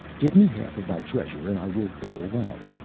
give me half of thy treasure, and i will go away.